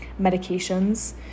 medications